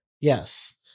Yes